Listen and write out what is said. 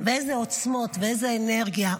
באילו עוצמות, באיזו אנרגיה.